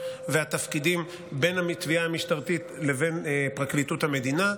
והתפקידים בין התביעה המשטרתית לבין פרקליטות המדינה.